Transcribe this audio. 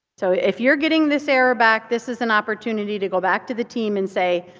so if you're getting this error back, this is an opportunity to go back to the team and say,